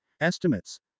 estimates